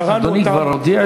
קראנו אותם,